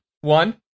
One